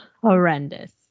horrendous